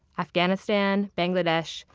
afghanistan, bangladesh,